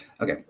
Okay